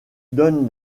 donne